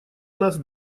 нас